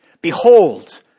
Behold